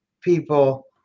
people